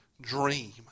dream